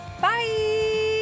bye